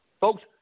folks